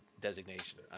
designation